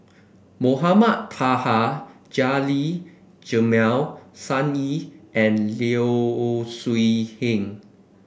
Mohamed Taha Jamil Sun Yee and Low Siew Nghee